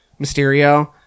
mysterio